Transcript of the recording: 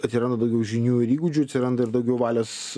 atsiranda daugiau žinių ir įgūdžių atsiranda ir daugiau valios